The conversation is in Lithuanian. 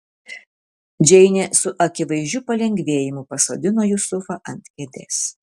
džeinė su akivaizdžiu palengvėjimu pasodino jusufą ant kėdės